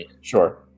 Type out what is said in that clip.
Sure